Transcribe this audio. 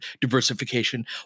diversification